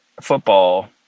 football